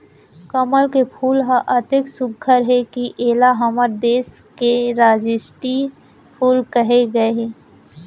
कमल के फूल ह अतेक सुग्घर हे कि एला हमर देस के रास्टीय फूल कहे गए हे